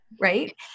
right